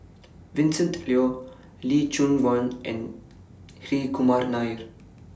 Vincent Leow Lee Choon Guan and Hri Kumar Nair